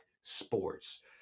sports